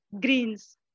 greens